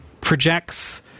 projects